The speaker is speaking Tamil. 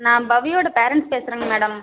நான் பவியோட பேரண்ட்ஸ் பேசுறேங்க மேடம்